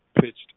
pitched